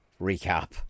recap